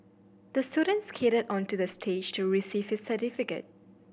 the student skated onto the stage to receive his certificate